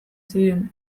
ziren